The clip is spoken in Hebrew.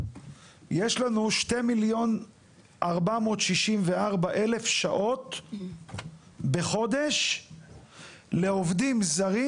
יש לנו 2,464,000 שעות בחודש לעובדים זרים,